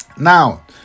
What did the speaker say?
Now